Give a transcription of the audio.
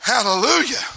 Hallelujah